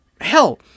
Hell